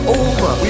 over